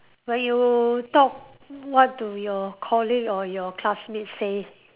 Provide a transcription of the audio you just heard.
when you talk what do your colleague or your classmates say